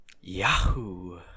yahoo